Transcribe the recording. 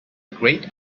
great